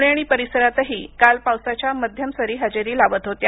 पुणे आणि परिसरातही काल पावसाच्या मध्यम सरी हजेरी लावत होत्या